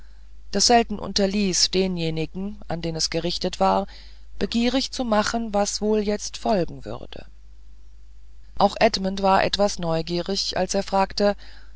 das selten unterließ denjenigen an den es gerichtet war begierig zu machen was wohl jetzt folgen würde auch edmund war etwas neugierig als er fragte